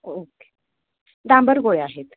okay डांबर गोळ्या आहेत